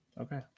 Okay